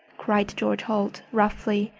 cried george holt, roughly,